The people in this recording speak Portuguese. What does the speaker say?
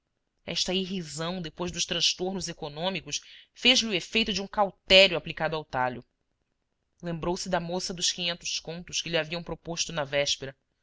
esta irrisão depois dos transtornos econômicos fez-lhe o efeito de um cautério aplicado ao talho lembrou-se da moça dos quinhentos contos que lhe ha viam proposto na véspera